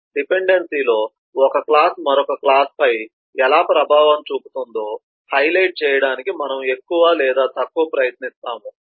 డిపెండెన్సీలో ఒక క్లాస్ మరొక క్లాస్ పై ఎలా ప్రభావం చూపుతుందో హైలైట్ చేయడానికి మనము ఎక్కువ లేదా తక్కువ ప్రయత్నిస్తాము